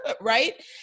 right